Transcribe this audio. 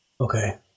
Okay